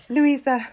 Louisa